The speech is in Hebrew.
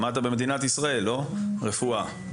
למדת במדינת ישראל רפואה, נכון?